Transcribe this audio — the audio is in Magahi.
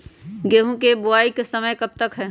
गेंहू की बुवाई का समय कब तक है?